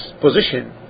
position